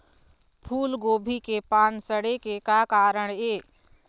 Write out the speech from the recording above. फूलगोभी के पान सड़े के का कारण ये?